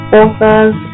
authors